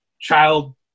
child